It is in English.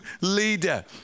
leader